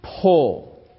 pull